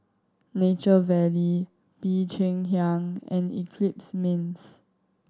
Nature Valley Bee Cheng Hiang and Eclipse Mints